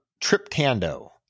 Triptando